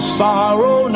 sorrow